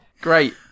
Great